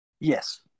Yes